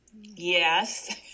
yes